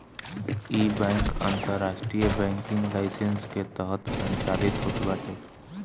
इ बैंक अंतरराष्ट्रीय banking licence के तहत संचालित होत बाटे